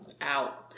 out